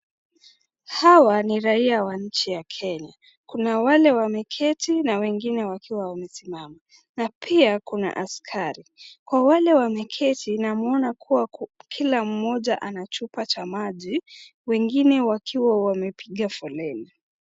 Hawa ni raia wa nchi ya Kenya. Kuna wale wameketi na wengine wakiwa wamesimama na pia kuna askari. Kwa wale wameketi namuona kuwa kila mmoja ana chupa cha maji wengine wakiwa amepiga foleni.